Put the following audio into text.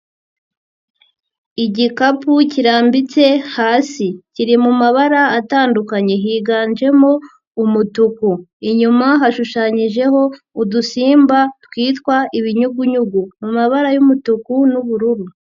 Igikapu kirambitse hasi kiri mu mabara atandukanye higanjemo umutuku, inyuma hashushanyijeho udusimba twitwa ibinyugunyugu mu mabara y'umutuku n'ubururu.